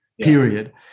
period